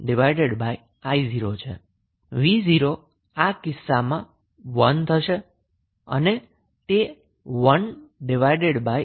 𝑣0 આ કિસ્સામાં 1 છે અને તેથી તે 1i0 થશે